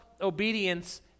obedience